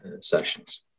sessions